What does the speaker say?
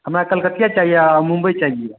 हमरा कलकतिआ चाहिए आ मुम्बइ चाहिए